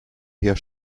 here